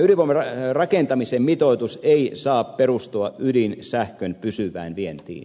ydinvoiman rakentamisen mitoitus ei saa perustua ydinsähkön pysyvään vientiin